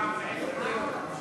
פעם, באיזה דיון,